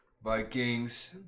vikings